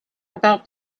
about